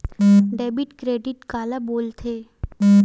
Debit credit काला बोल थे?